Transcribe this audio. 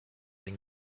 been